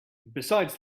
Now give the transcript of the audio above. besides